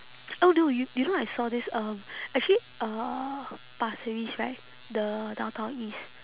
oh no you you know I saw this um actually uh pasir ris right the downtown east